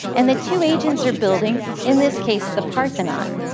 and the two agents are building, in this case, the parthenon.